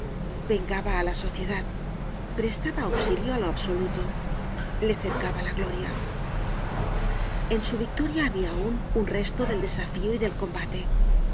vengaba á la sociedad prestaba auxilio á lo absoluto le cercaba la gloria en su victoria habia aun un resto del desafio y del combate de